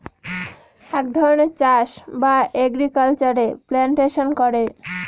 এক ধরনের চাষ বা এগ্রিকালচারে প্লান্টেশন করে